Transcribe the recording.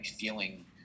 feeling